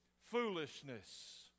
foolishness